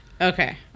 Okay